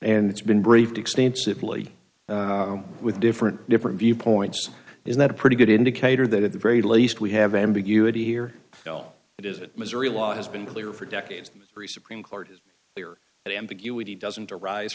and it's been briefed extensively with different different viewpoints is that a pretty good indicator that at the very least we have ambiguity here though it is it missouri law has been clear for decades three supreme court is there and ambiguity doesn't arise